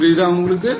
புரியுதா உங்களுக்கு